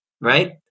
right